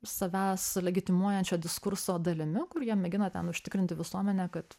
savęs legitimuojančio diskurso dalimi kur jie mėgina ten užtikrinti visuomenę kad